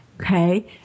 okay